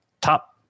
top